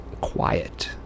quiet